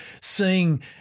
seeing